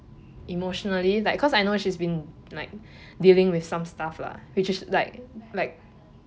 emotionally like cause I know she's been like dealing with some stuff lah which is like like